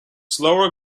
slower